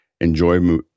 enjoy